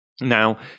Now